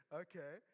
okay